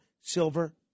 silver